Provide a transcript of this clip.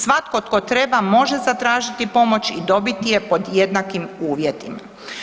Svatko tko treba može zatražiti pomoć i dobiti je pod jednakim uvjetima.